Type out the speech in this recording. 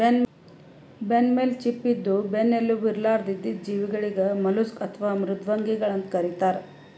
ಬೆನ್ನಮೇಲ್ ಚಿಪ್ಪ ಇದ್ದು ಬೆನ್ನ್ ಎಲುಬು ಇರ್ಲಾರ್ದ್ ಇದ್ದಿದ್ ಜೀವಿಗಳಿಗ್ ಮಲುಸ್ಕ್ ಅಥವಾ ಮೃದ್ವಂಗಿಗಳ್ ಅಂತ್ ಕರಿತಾರ್